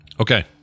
Okay